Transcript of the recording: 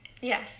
Yes